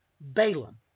Balaam